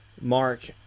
Mark